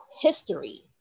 history